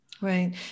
Right